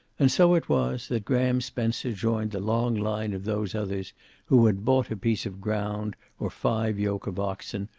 and so it was that graham spencer joined the long line of those others who had bought a piece of ground, or five yoke of oxen,